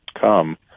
come